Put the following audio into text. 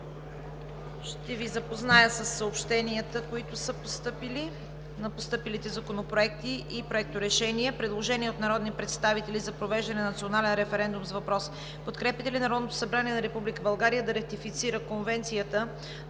Ще Ви запозная със съобщенията за постъпилите законопроекти и проекторешения: 1. Предложение от народни представители за произвеждане на национален референдум с въпрос: „Подкрепяте ли Народното събрание на Република България да ратифицира Конвенцията